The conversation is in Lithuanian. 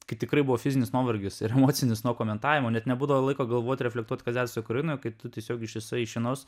kai tikrai buvo fizinis nuovargis ir emocinis nuo komentavimo net nebūdavo laiko galvot reflektuot kodėl esu ukrainoj kaip tu tiesiog ištisai iš vienos